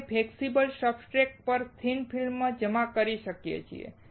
અમે flexible substrates પર thin ફિલ્મો જમા કરી શકીએ છીએ